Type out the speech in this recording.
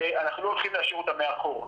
ואנחנו לא הולכים להשאיר אותם מאחור.